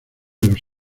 los